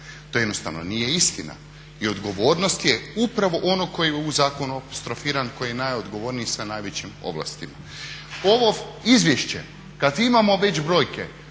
To jednostavno nije istina i odgovornost je upravo onog koji je u zakonu apostrofiran, koji je najodgovorniji, sa najvećim ovlastima. Ovo izvješće, kad imamo već brojke,